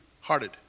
hearted